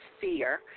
fear